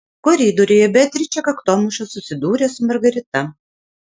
koridoriuje beatričė kaktomuša susidūrė su margarita